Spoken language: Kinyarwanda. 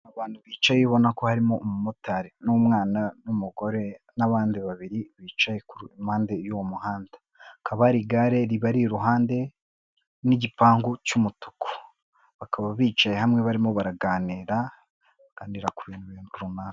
Abantu bicaye ubona ko harimo umumotari, n'umwana, n'umugore n'abandi babiri bicaye impande y'uwo muhanda, hakaba hari igare ribari iruhande rw'igipangu cy'umutuku, bakaba bicaye hamwe barimo baraganira, baganira ku bintu runaka.